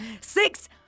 six